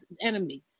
enemy